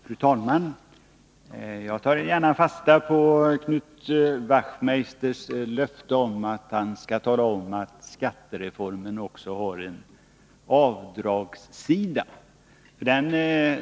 Fru talman! Jag tar gärna fasta på Knut Wachtmeisters löfte om att tala om att skattereformen också har en avdragssida.